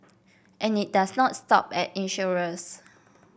and it does not stop at insurers